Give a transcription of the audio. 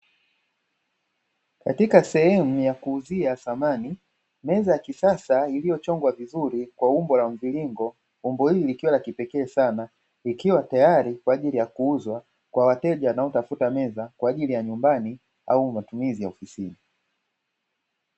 Katika sehemu ya kuuzia samani meza ya kisasa iliyochongwa vizuri kwa umbo la mviringo, umbo hili likiwa la kipekee sana ikiwa tayari kwa ajili ya kuuzwa kwa wateja wanaotafuta meza kwa ajili ya nyumbani au matumizi ya ofisini.